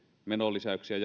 menolisäyksiä